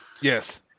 Yes